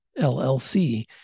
LLC